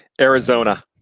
Arizona